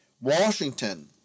Washington